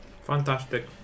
Fantastic